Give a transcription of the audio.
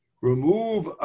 remove